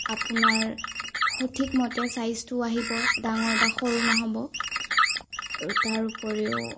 আপোনাৰ সঠিক মতে চাইজটো আহিব ডাঙৰ বা সৰু নহ'ব আৰু তাৰোপৰিও